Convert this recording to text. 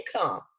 income